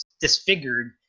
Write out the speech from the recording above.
disfigured